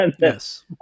Yes